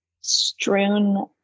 strewn